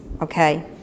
okay